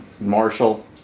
Marshall